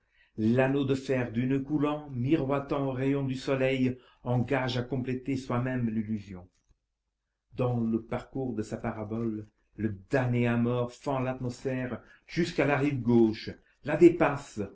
l'anneau de fer du noeud coulant miroitant aux rayons du soleil engage à compléter soi-même l'illusion dans le parcours de sa parabole le damné à mort fend l'atmosphère jusqu'à la rive gauche la dépasse